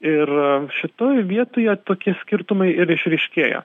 ir šitoj vietoje tokie skirtumai ir išryškėja